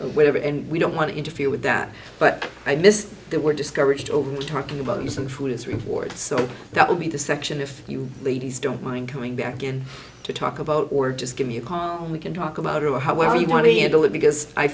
whatever and we don't want to interfere with that but i miss that were discouraged over talking about using food as reward so that would be the section if you ladies don't mind coming back in to talk about or just give me a call and we can talk about oh how are you want to handle it because i